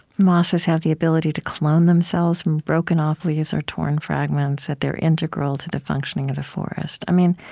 mosses have the ability to clone themselves from broken off leaves or torn fragments, that they're integral to the functioning of a forest. i mean,